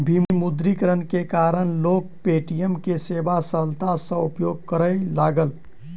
विमुद्रीकरण के कारण लोक पे.टी.एम के सेवा सरलता सॅ उपयोग करय लागल